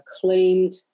claimed